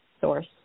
source